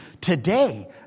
today